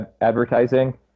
advertising